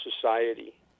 society